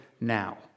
now